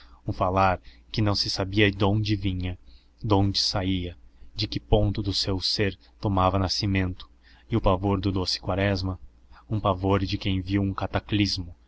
falar que não se sabia donde vinha donde saía de que ponto do seu ser tomava conhecimento e o pavor do doce quaresma um pavor de quem viu um cataclismo